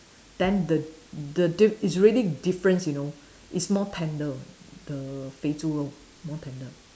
then the the diff~ it's really difference you know it's more tender the 肥猪肉 more tender